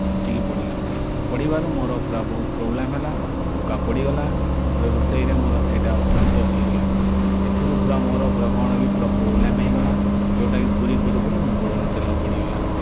ଛିଞ୍ଚିକି ପଡ଼ିଲା ପଡ଼ିବାରୁ ମୋର ପୁରା ବହୁତ ପ୍ରୋବ୍ଲେମ୍ ହେଲା ଫୁକା ପଡ଼ିଗଲା ପୁରା ରୋଷେଇରେ ମୋର ସେଇଟା ଅସୁସ୍ଥ ହୋଇଗଲି ମୁଁ ଏଥିରୁ ପୁରା ମୋର ପୁରା କ'ଣ କି ପୁରା ପ୍ରୋବ୍ଲେମ୍ ହେଇଗଲା ଯେଉଁଟାକି ପୁରୀ କରୁ କରୁ ମୋ ଗୋଡ଼ରେ ତେଲ ପଡ଼ିଗଲା